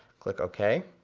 click ok.